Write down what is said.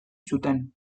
zuten